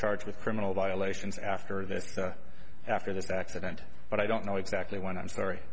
charged with criminal violations after this after this accident but i don't know exactly when i'm sorry